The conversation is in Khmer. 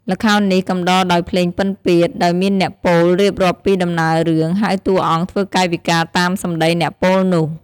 ល្ខោននេះកំដរដោយភ្លេងពិណពាទ្យ ដោយមានអ្នកពោលរៀបរាប់ពីដំណើររឿង ហើយតួអង្គធ្វើកាយវិការតាមសម្ដីអ្នកពោលនោះ។